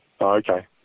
okay